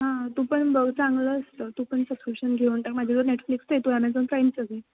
हां तू पण बघ चांगलं असतं तू पण सबस्क्रिप्शन घेऊन टाक माझ्याजवळ नेटफ्लिक्सचं आहे तू ॲमेझॉन प्राईमचं घे